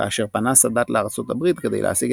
כאשר פנה סאדאת לארצות הברית כדי להשיג